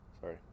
sorry